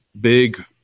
big